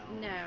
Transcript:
No